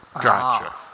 Gotcha